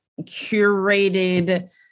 curated